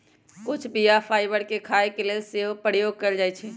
कुछ बीया फाइबर के खाय के लेल सेहो प्रयोग कयल जाइ छइ